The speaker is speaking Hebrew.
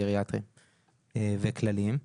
גריאטריים וכלליים.